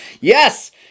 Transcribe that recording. Yes